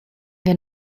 wir